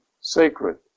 sacred